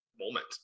moment